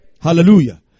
Hallelujah